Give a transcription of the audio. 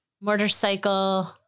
motorcycle